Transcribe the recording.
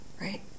right